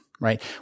right